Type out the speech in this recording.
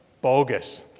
Bogus